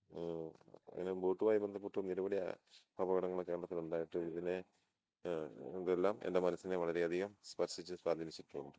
അങ്ങനെ ബോട്ടുവായി ബന്ധപ്പെട്ട് നിരവധി അപകടങ്ങൾ കേളത്തിലുണ്ടായിട്ടുണ്ട് ഇതിനെ ഇതെല്ലാം എൻ്റെ മനസ്സിനെ വളരെ അധികം സ്പർശിച്ചു സ്വാധീനിച്ചിട്ടുണ്ട്